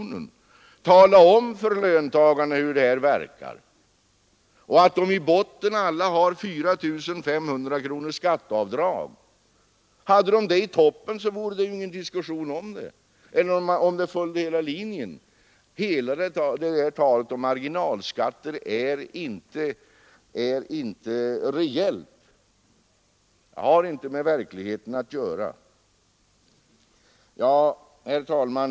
Nej, tala om för löntagarna hur det här verkar och att de i botten alla har 4 500 kronors skatteavdrag. Hade de det i toppen på inkomsten skulle ju effekten bli en helt annan — det skulle gynna de största inkomsttagarna. Det här talet om marginalskatter är inte reellt — det har inte med verkligheten att göra. Herr talman!